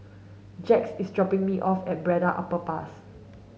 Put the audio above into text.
Jax is dropping me off at Braddell Underpass